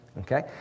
okay